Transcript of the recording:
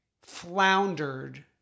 floundered